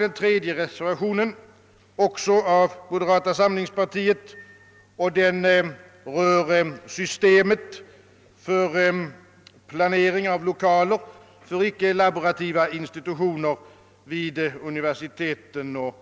Den tredje reservationen har också avgivits av moderata samlingspartiet och rör systemet för planering av lokaler för icke-laborativa institutioner vid universiteten och